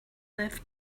live